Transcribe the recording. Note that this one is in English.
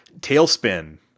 Tailspin